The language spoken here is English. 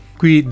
qui